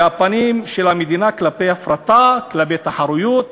והפנים של המדינה כלפי הפרטה, כלפי תחרותיות,